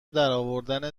درآوردن